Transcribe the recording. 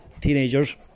teenagers